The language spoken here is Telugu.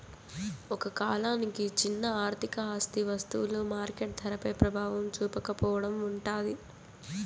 ఒక కాలానికి చిన్న ఆర్థిక ఆస్తి వస్తువులు మార్కెట్ ధరపై ప్రభావం చూపకపోవడం ఉంటాది